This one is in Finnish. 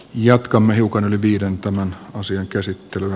jatkamme hiukan yli viiden tämän asian käsittelyä